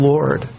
Lord